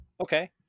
Okay